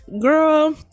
girl